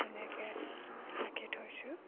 ধুনীয়াকৈ ৰাখি থৈছোঁ